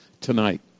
tonight